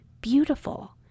beautiful